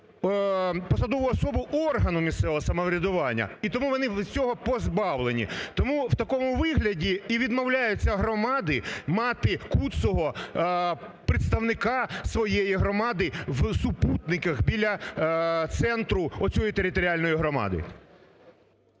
посадову особу органу місцевого самоврядування, і тому вони цього позбавлені. Тому у такому вигляді і відмовляються громади мати куцого представника своєї громади в супутниках, біля центру цієї територіальної громади.